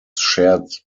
shared